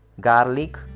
garlic